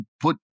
put